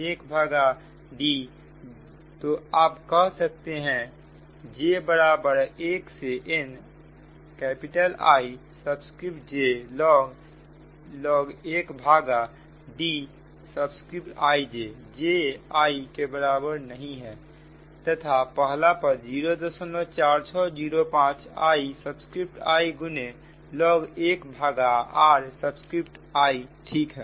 1 भागा D तो आप कह सकते हैं j बराबर 1 से nIj log 1 भागा Dij j i के बराबर नहीं है तथा पहला पद 04605 Ii गुने log 1 भागा riठीक है